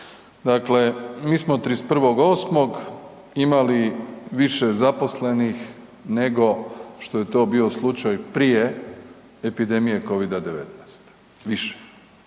Dakle, mi smo 31.8. imali više zaposlenih nego što je to bio slučaj prije epidemije covid-19, više,